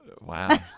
Wow